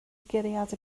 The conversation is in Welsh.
guriad